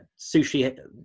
sushi